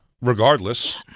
regardless